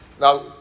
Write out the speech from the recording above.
Now